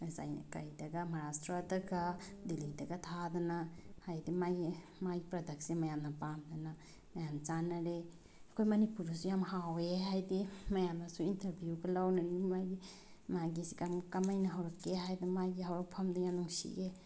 ꯀꯔꯤꯗꯒ ꯃꯍꯥꯔꯥꯁꯇ꯭ꯔꯗꯒ ꯗꯤꯜꯂꯤꯗꯒ ꯊꯥꯗꯅ ꯍꯥꯏꯗꯤ ꯃꯥꯒꯤ ꯃꯥꯒꯤ ꯄ꯭ꯔꯗꯛꯁꯦ ꯃꯌꯥꯝꯅ ꯄꯥꯝꯗꯅ ꯃꯌꯥꯝ ꯆꯥꯟꯅꯔꯦ ꯑꯩꯈꯣꯏ ꯃꯅꯤꯄꯨꯔꯗꯁꯨ ꯌꯥꯝ ꯍꯥꯎꯑꯦ ꯍꯥꯏꯗꯤ ꯃꯌꯥꯝꯅꯁꯨ ꯏꯟꯇꯔꯕꯤꯌꯨꯒ ꯂꯧꯅꯔꯤ ꯃꯥꯒꯤ ꯃꯥꯒꯤꯁꯤ ꯀꯃꯥꯏꯅ ꯍꯧꯔꯛꯀꯦ ꯍꯥꯏꯗ ꯃꯥꯒꯤ ꯍꯧꯔꯛꯐꯝꯗꯨ ꯌꯥꯝ ꯅꯨꯡꯁꯤꯑꯦ